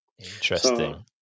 Interesting